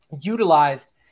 utilized